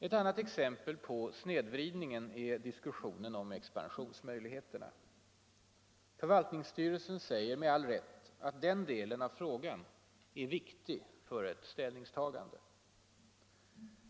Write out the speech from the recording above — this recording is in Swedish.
Ett annat exempel på snedvridningen är diskussionen om expansionsmöjligheter. Förvaltningsstyrelsen säger med all rätt att den delen av frågan är viktig för ett ställningstagande.